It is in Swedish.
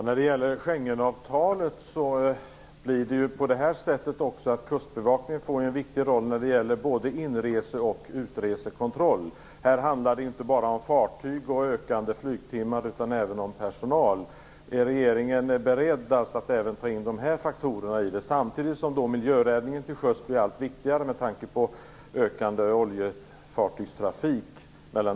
Herr talman! I samband med Schengenavtalet får ju Kustbevakningen en viktig roll när det gäller både inrese och utresekontroll. Det handlar ju inte bara om fartyg och ökande flygtimmar, utan även om personal. Är regeringen beredd att även ta in dessa faktorer? Samtidigt blir ju miljöräddningen till sjöss allt viktigare med tanke på ökande oljefartygstrafik mellan